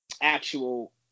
actual